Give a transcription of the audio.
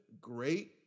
great